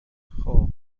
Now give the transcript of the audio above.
خوب